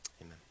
Amen